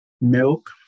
milk